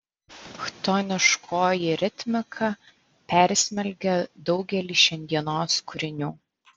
chtoniškoji ritmika persmelkia daugelį šiandienos kūrinių